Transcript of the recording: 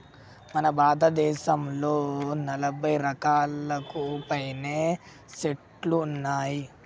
మన భారతదేసంలో నలభై రకాలకు పైనే సెట్లు ఉన్నాయి